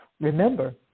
remember